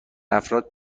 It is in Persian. افراد